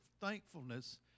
thankfulness